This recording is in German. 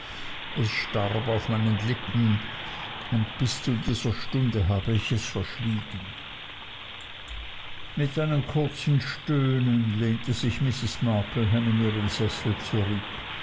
es starb auf meinen lippen und bis zu dieser stunde habe ich es verschwiegen mit einem kurzen stöhnen lehnte sich mrs markleham in ihren sessel zurück